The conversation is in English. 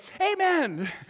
amen